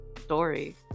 story